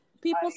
people